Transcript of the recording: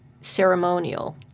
ceremonial